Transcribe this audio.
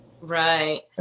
Right